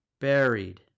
buried